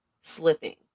slipping